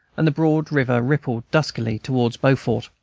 and the broad river rippled duskily towards beaufort.